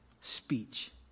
Speech